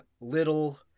little